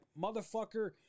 motherfucker